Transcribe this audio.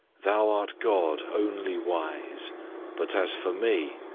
thou art god only wise but as for me,